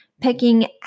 picking